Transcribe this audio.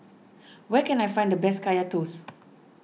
where can I find the best Kaya Toast